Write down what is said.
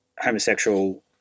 homosexual